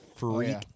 Freak